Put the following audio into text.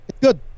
good